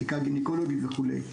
בדיקה גניקולוגית וכולי.